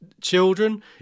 children